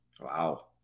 Wow